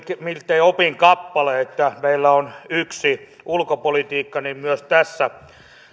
miltei opinkappale että meillä on yksi ulkopolitiikka ja myös tässä